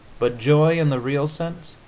but joy in the real sense